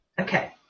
Okay